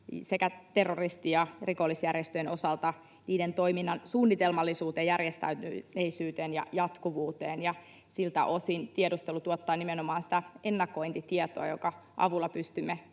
sekä terroristi- ja rikollisjärjestöjen osalta niiden toiminnan suunnitelmallisuuteen, järjestäytyneisyyteen ja jatkuvuuteen, ja siltä osin tiedustelu tuottaa nimenomaan sitä ennakointitietoa, jonka avulla pystymme